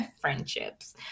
friendships